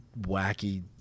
Wacky